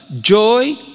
joy